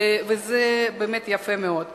וזה יפה מאוד באמת.